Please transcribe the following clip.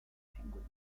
penguins